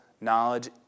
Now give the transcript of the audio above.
knowledge